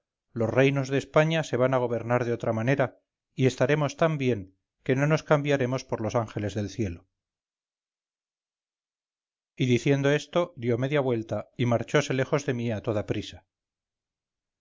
los reinos de españa se van a gobernar de otra manera y estaremos tan bien que no nos cambiaremos por los ángeles del cielo y diciendo esto dio media vuelta y marchose lejos de mí a toda prisa